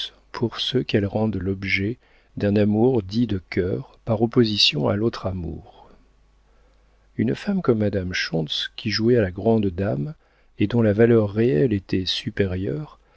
pour ceux qu'elles rendent l'objet d'un amour dit de cœur par opposition à l'autre amour une femme comme madame schontz qui jouait à la grande dame et dont la valeur réelle était supérieure